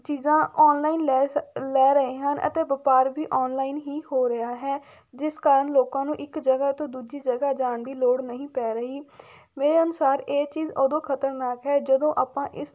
ਚੀਜ਼ਾਂ ਔਨਲਾਈਨ ਲੈ ਸ ਲੈ ਰਹੇ ਹਨ ਅਤੇ ਵਪਾਰ ਵੀ ਔਨਲਾਈਨ ਹੀ ਹੋ ਰਿਹਾ ਹੈ ਜਿਸ ਕਾਰਨ ਲੋਕਾਂ ਨੂੰ ਇੱਕ ਜਗ੍ਹਾ ਤੋਂ ਦੂਜੀ ਜਗ੍ਹਾ ਜਾਣ ਦੀ ਲੋੜ ਨਹੀਂ ਪੈ ਰਹੀ ਮੇਰੇ ਅਨੁਸਾਰ ਇਹ ਚੀਜ਼ ਉਦੋਂ ਖਤਰਨਾਕ ਹੈ ਜਦੋਂ ਆਪਾਂ ਇਸ